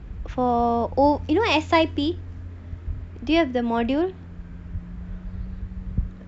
for oh you know S_I_P do you have the module